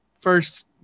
first